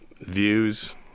views